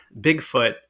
Bigfoot